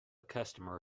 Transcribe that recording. customer